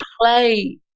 play